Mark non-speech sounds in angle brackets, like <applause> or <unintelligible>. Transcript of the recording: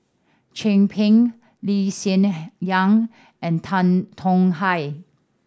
Chin Peng Lee Hsien <unintelligible> Yang and Tan Tong Hye